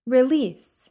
Release